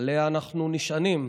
שעליה אנחנו נשענים.